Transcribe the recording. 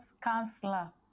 counselor